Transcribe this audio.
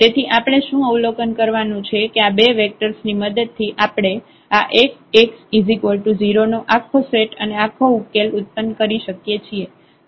તેથી આપણે શું અવલોકન કરવાનું છે કે આ બે વેક્ટર્સ ની મદદ થી આપણે આ Ax0 નો આખો સેટ અને આખો ઉકેલ ઉત્પન્ન કરી શકીએ છીએ